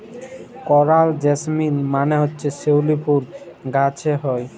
করাল জেসমিল মালে হছে শিউলি ফুল গাহাছে হ্যয়